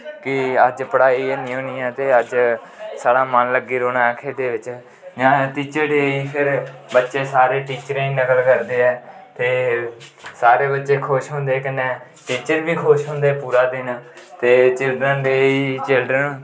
कि अज्ज पढ़ाई हैनी होनी ऐ ते अज्ज साढ़ा मन लग्गी रौह्ना ऐ खेढें बिच्च जां टीचर डे गी फिर बच्चे सारे टीचरें दी नकल करदे ऐ ते सारे बच्चे खुश होंदे कन्नै टीचर बी खुश होंदे पूरा दिन ते चिल्डर्न डे गी चिल्डर्न